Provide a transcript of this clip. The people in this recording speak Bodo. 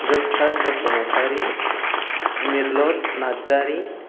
गोमसात बसुमतारि निलत नार्जारि